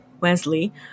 Wesley